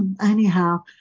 anyhow